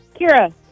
kira